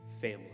family